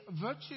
virtue